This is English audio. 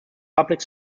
public